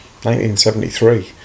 1973